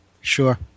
sure